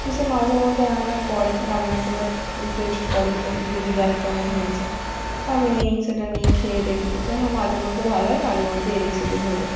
তো সে মাঝে মধ্যে রান্না করে রান্না করে টেস্ট করে যে দিদি দেখ কেমন হয়েছে তো আমি নিই সেটা নিয়ে খেয়ে দেখি যে হ্যাঁ মাঝে মধ্যে ভালো হয় মাঝে মধ্যে এদিক সেদিক হয়ে যায়